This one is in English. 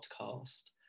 podcast